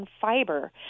fiber